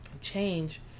change